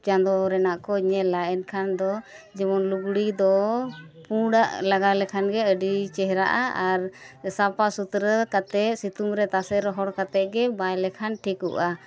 ᱪᱟᱸᱫᱚ ᱨᱮᱱᱟᱜ ᱠᱚ ᱧᱮᱞᱟ ᱮᱱᱠᱷᱟᱱ ᱫᱚ ᱡᱮᱢᱚᱱ ᱞᱩᱜᱽᱲᱤ ᱫᱚ ᱯᱩᱬᱟᱜ ᱞᱟᱜᱟᱣ ᱞᱮᱠᱷᱟᱱ ᱜᱮ ᱟᱹᱰᱤ ᱪᱮᱦᱨᱟᱜᱼᱟ ᱟᱨ ᱥᱟᱯᱷᱟ ᱥᱩᱛᱨᱟᱹ ᱠᱟᱛᱮᱫ ᱥᱤᱛᱩᱝ ᱨᱮ ᱛᱟᱥᱮ ᱨᱚᱦᱚᱲ ᱠᱟᱛᱮᱫ ᱜᱮ ᱵᱟᱭ ᱞᱮᱠᱷᱟᱱ ᱴᱷᱤᱠᱚᱜᱼᱟ